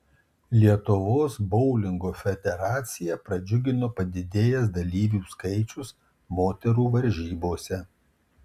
lietuvos boulingo federaciją pradžiugino padidėjęs dalyvių skaičius moterų varžybose